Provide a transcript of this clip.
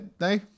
No